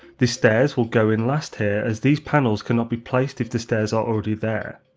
the stairs will go in last here as these panels cannot be placed if the stairs are already there.